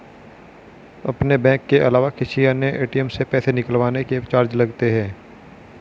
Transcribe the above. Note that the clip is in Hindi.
अपने बैंक के अलावा किसी अन्य ए.टी.एम से पैसे निकलवाने के चार्ज लगते हैं